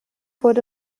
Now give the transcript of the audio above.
wurde